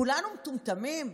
כולנו מטומטמים?